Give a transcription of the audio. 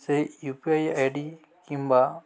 ସେଇ U P I I D କିମ୍ବା